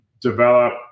develop